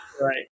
Right